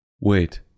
Wait